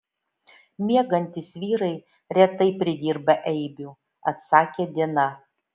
miegantys vyrai retai pridirba eibių atsakė dina